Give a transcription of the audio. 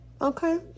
okay